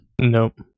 Nope